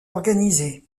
organisé